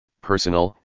personal